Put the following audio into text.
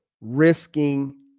risking